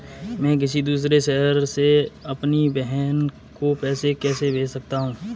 मैं किसी दूसरे शहर से अपनी बहन को पैसे कैसे भेज सकता हूँ?